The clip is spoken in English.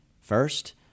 first